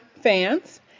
fans